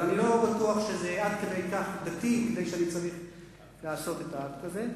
אבל אני לא בטוח שזה עד כדי כך דתי שאני אעשה את האקט הזה.